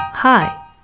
Hi